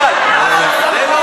רגע, זה לא מקובל.